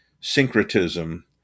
syncretism